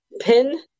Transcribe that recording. pin